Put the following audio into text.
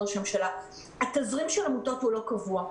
ראש הממשלה התזרים של העמותות הוא לא קבוע.